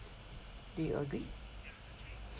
they agree